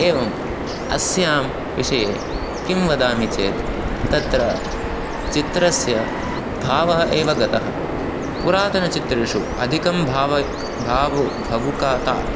एवम् अस्यां विषये किं वदामि चेत् तत्र चित्रस्य भावः एव गतः पुरातनचित्रेषु अधिकं भाव क् भावु भवुका ता